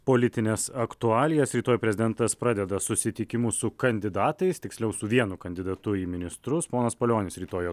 politines aktualijas rytoj prezidentas pradeda susitikimus su kandidatais tiksliau su vienu kandidatu į ministrus ponas palionis rytoj jo